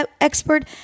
expert